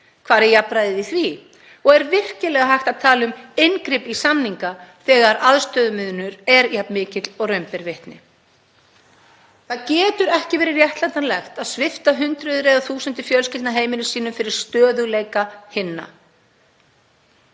Hvar er jafnræðið í því og er virkilega hægt að tala um inngrip í samninga þegar aðstöðumunur er jafn mikill og raun ber vitni? Það getur ekki verið réttlætanlegt að svipta hundruð eða þúsundir fjölskyldna heimilum sínum fyrir stöðugleika hinna.